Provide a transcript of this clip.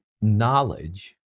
knowledge